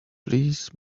please